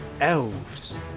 Elves